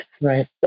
Right